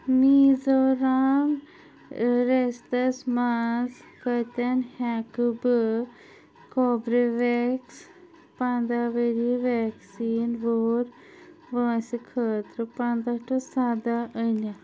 میٖزورام رِیاستَس مَنٛز کَتٮ۪ن ہٮ۪کہٕ بہٕ کوبرِوٮ۪کٕس پنٛداہ ؤریہِ وٮ۪کسیٖن وُہُر وٲنٛسہٕ خٲطرٕ پنٛداہ ٹُہ سَداہ أنِتھ